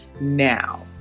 Now